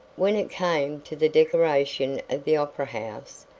when it came to the decoration of the opera house,